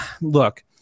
look